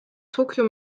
tokyo